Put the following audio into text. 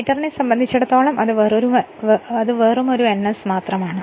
സ്റ്റേറ്ററിനെ സംബന്ധിച്ചിടത്തോളെ അത് വെറുമൊരു ns മാത്രമാണ്